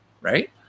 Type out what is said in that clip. right